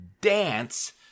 dance